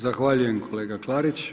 Zahvaljujem kolega Klarić.